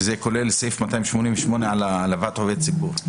שזה כולל סעיף 288, העלבת עובד ציבור.